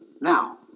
Now